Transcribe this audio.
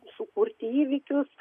sukurti įvykius